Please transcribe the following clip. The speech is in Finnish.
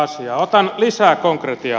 otan lisää konkretiaa